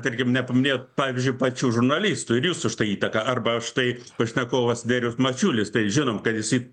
tarkim nepaminėjot pavyzdžiui pačių žurnalistų ir jūsų štai įtaka arba štai pašnekovas nerijus mačiulis tai žinom kad jisai